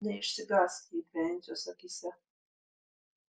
neišsigąsk jei dvejinsiuos akyse